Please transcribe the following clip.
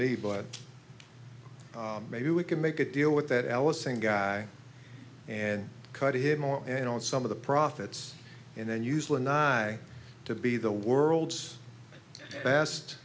me but maybe we can make a deal with that ellison guy and cut him off and on some of the profits and then useful and i to be the world's best